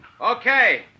Okay